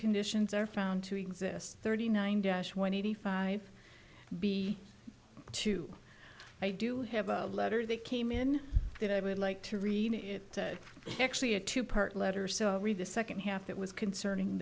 conditions are found to exist thirty nine dash one eighty five b two i do have a letter that came in that i would like to read actually a two part letter so read the second half that was concerning